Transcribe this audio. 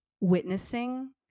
witnessing